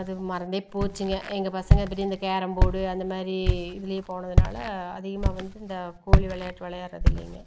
அது மறந்தே போச்சுங்க எங்கள் பசங்கள் வந்துட்டு இந்த கேரம் போர்டு அந்த மாதிரி இதுலே போனதனால அதிகமாக வந்து இந்த கோலி விளையாட்டு விளையாடுகிறது இல்லைங்க